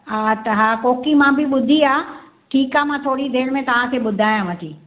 हा त हा कोकी मां बि ॿुधी आहे ठीकु आहे मां थोरी देरि में तव्हांखे ॿुधायांव थी